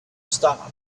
stopped